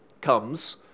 comes